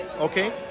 okay